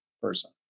person